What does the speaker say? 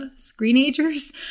screenagers